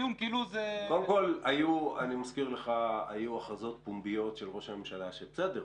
אני מזכיר לך: היו הכרזות פומביות של ראש הממשלה בסדר,